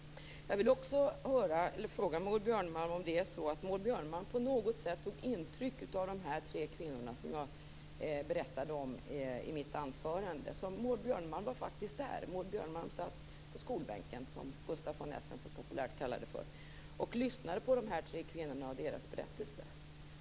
Jag vill också fråga Maud Björnemalm om hon på något sätt tog intryck av de tre kvinnorna som jag berättade om i mitt anförande. Maud Björnemalm var faktiskt där. Hon satt på skolbänken, som Gustaf von Essen så populärt kallar det för, och lyssnade på de tre kvinnorna och deras berättelser.